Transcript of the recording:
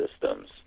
systems